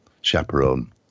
chaperone